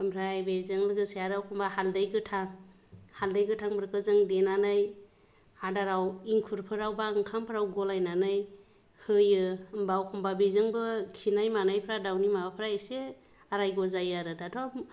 ओमफ्राय बेजों लोगोसे आरो एखमब्ला हाल्दै गोथां हाल्दै गोथांफोरखौ जों देनानै आदाराव एंखुरफोराव एबा ओंखामाव गलायनानै होयो होमब्ला एखमब्ला बिजोंबो खिनाय मानायफोरा दाउनि माबाफोरा इसे आरायग' जायो आरो दाथ'